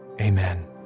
amen